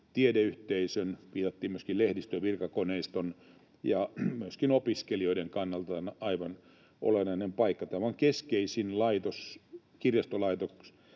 tiedeyhteisön — viitattiin myöskin lehdistöön — virkakoneiston ja myöskin opiskelijoiden kannalta aivan olennaisena paikkana. Tämä on keskeisin kirjastolaitos